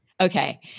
Okay